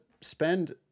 spend